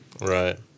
Right